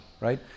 right